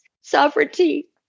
sovereignty